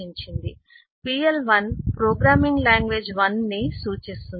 pl 1 programming language 1 ని సూచిస్తుంది